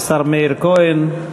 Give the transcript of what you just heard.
השר מאיר כהן,